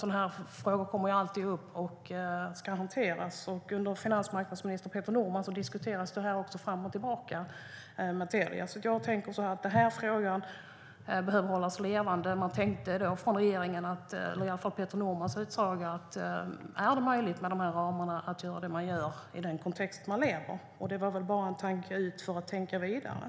Sådana frågor kommer alltid upp, och de ska hanteras. Under finansmarknadsminister Peter Norman diskuterades Telia Sonera fram och tillbaka. Frågan behöver hållas levande. Då tänkte regeringen, i alla fall enligt Peter Normans utsaga: Är det möjligt att med dessa ramar göra det man gör i den kontext man lever i? Det var väl bara en tanke ut för att tänka vidare.